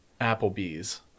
Applebee's